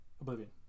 Oblivion